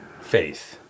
faith